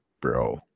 Bro